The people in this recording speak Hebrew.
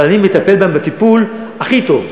אבל אני מטפל בהם בטיפול הכי טוב.